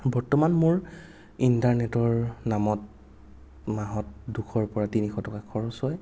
বৰ্তমান মোৰ ইন্টাৰনেটৰ নামত মাহত দুশৰ পৰা তিনিশ টকা খৰচ হয়